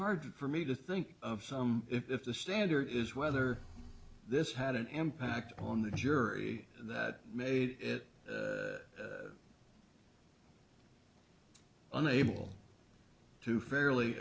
hard for me to think of some if the standard is whether this had an impact on the jury that made it unable to fairly